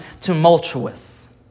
tumultuous